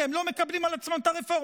כי הם לא מקבלים על עצמם את הרפורמה.